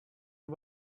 you